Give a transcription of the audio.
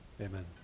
Amen